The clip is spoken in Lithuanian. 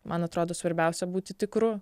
man atrodo svarbiausia būti tikru